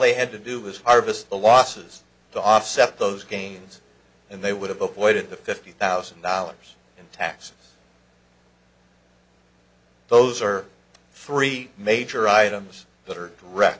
they had to do was harvest the losses to offset those gains and they would have avoided the fifty thousand dollars in taxes those are three major items that are direc